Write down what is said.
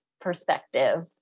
perspective